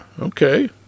Okay